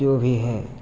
जो भी है